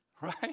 right